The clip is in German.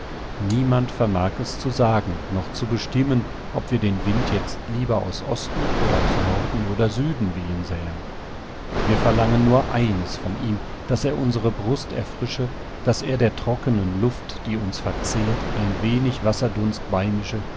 niemand vermag es zu sagen noch zu bestimmen ob wir den wind jetzt lieber aus osten oder aus norden oder süden wehen sähen wir verlangen nur eines von ihm daß er unsere brust erfrische daß er der trockenen luft die uns verzehrt ein wenig wasserdunst beimische